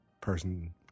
person